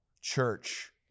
church